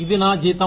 ఇది నా జీతం